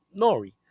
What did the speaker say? Nori